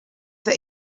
that